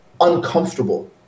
uncomfortable